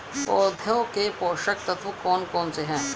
पौधों के पोषक तत्व कौन कौन से हैं?